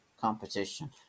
competition